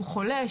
שהוא חולה,